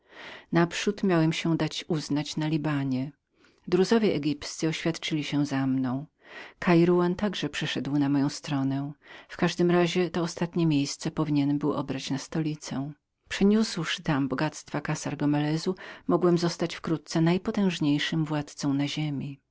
naprzód miałem się dać uznać na libanie daryci egipscy oświadczyli się za mną kairawan także przeszedł na moją stronę w każdym razie to ostatnie miejsce powinienembył obrać na stolicę tam przeniósłszy raz bogactwa kassar gomelezu wkrótce mogłem zostać najpotężniejszym władzcą na ziemi